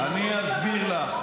אני אסביר לך.